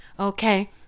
Okay